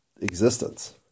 existence